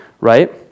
right